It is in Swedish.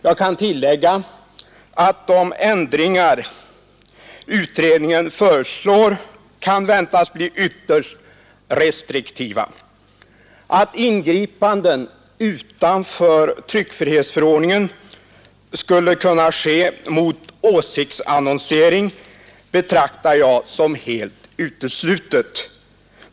Jag kan tillägga att de ändringar utredningen föreslår kan väntas bli ytterst restriktiva. Att ingripanden utanför tryckfrihetsförordningen skulle kunna ske mot åsiktsannonsering betraktar jag som helt uteslutet.